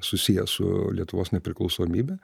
susiję su lietuvos nepriklausomybe